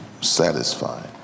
satisfied